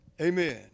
Amen